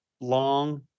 Long